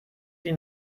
sie